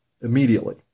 immediately